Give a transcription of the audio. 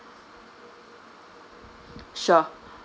sure